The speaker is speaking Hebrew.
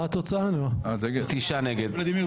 תשעה נגד.